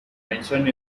mentioned